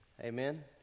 Amen